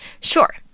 Sure